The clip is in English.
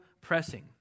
pressing